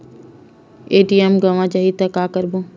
ATM गवां जाहि का करबो?